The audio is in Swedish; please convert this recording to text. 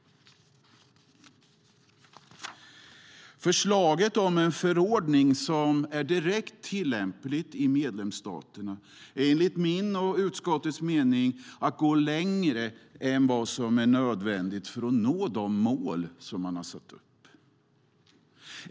Förslaget om en förordning som är direkt tillämplig i medlemsstaterna är enligt min och utskottets mening att gå längre än vad som är nödvändigt för att nå de mål som man har satt upp.